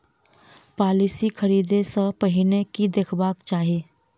Policy खरीदै सँ पहिने की देखबाक चाहि?